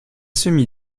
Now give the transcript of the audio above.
semi